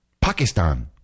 Pakistan